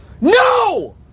No